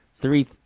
three